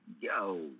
yo